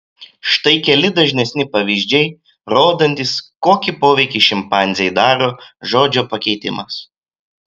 štai keli dažnesni pavyzdžiai rodantys kokį poveikį šimpanzei daro žodžio pakeitimas